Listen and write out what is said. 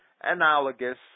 analogous